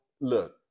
look